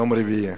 יום רביעי,